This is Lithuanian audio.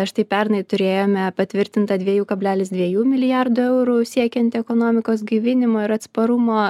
štai pernai turėjome patvirtintą dviejų kablelis dviejų milijardų eurų siekiant ekonomikos gaivinimo ir atsparumo